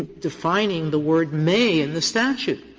defining the word may in the statute.